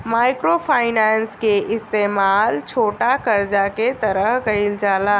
micro finance के इस्तमाल छोटा करजा के तरह कईल जाला